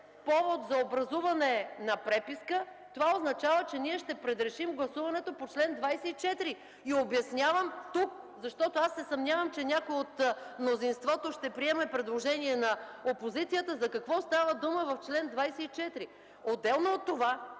повод за образуване на преписка, това означава, че ние ще предрешим гласуването по чл. 24 и обяснявам тук, защото се съмнявам, че някой от мнозинството ще приеме предложение на опозицията, за какво става дума в чл. 24. Отделно от това